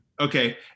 Okay